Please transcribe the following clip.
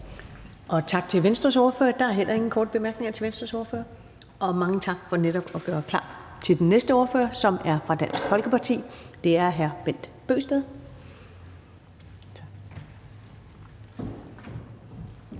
Tak til Venstres ordfører. Der er heller ikke nogen korte bemærkninger til Venstres ordfører. Og mange tak for netop at gøre klar til den næste ordfører, som er fra Dansk Folkeparti. Det er hr. Bent Bøgsted.